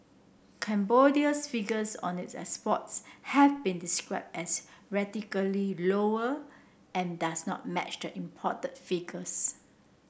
Cambodia's figures on its exports have been describe as radically lower and does not match the imported figures